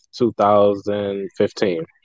2015